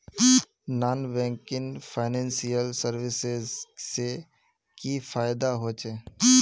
Non banking financial services से की फायदा होचे?